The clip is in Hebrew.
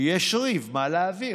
כי יש ריב מה להעביר,